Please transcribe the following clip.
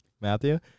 Matthew